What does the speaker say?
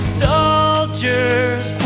soldiers